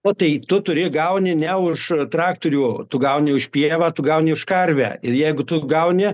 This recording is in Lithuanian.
o tai tu turi gauni ne už traktorių tu gauni už pievą tu gauni už karvę ir jeigu tu gauni